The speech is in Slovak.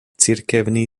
cirkevný